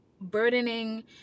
burdening